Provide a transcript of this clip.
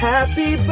Happy